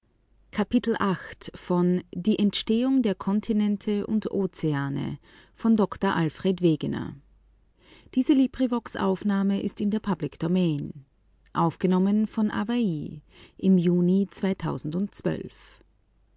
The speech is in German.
die entstehung der kontinente und ozeane by alfred wegener